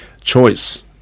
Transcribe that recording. Choice